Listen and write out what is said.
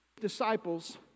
disciples